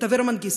את אברה מנגיסטו,